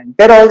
pero